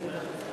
בבקשה.